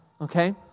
okay